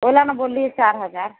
ओहिले ना बोललीह चारि हजार